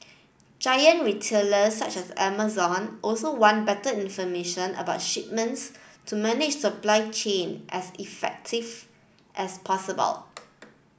giant retailers such as Amazon also want better information about shipments to manage supply chain as effective as possible